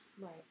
Right